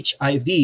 HIV